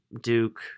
Duke